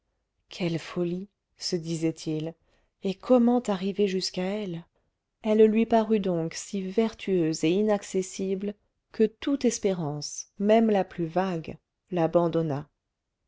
quelle folie se disait-il et comment arriver jusqu'à elle elle lui parut donc si vertueuse et inaccessible que toute espérance même la plus vague l'abandonna